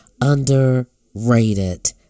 underrated